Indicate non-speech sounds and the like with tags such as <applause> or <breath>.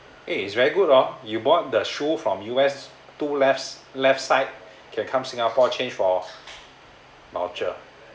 eh it's very good oh you bought the shoe from U_S two lefts left side <breath> can come singapore change for voucher